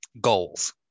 goals